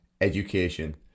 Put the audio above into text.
education